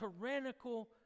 tyrannical